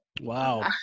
Wow